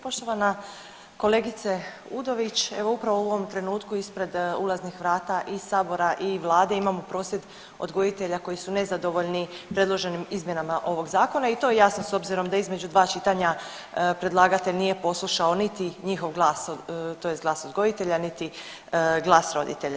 Poštovana kolegice Udović evo upravo u ovom trenutku ispred ulaznih vrata i sabora i vlade imamo prosvjed odgojitelja koji su nezadovoljni predloženim izmjenama ovog zakona i to je jasno s obzirom da između 2 čitanja predlagatelj nije poslušao niti njihov glas tj. glas odgojitelja, niti glas roditelja.